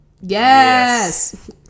Yes